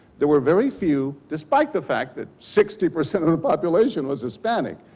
there were very few despite the fact that sixty percent of the population was hispanic.